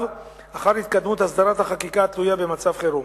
אחר התקדמות הסדרת החקיקה התלויה במצב חירום.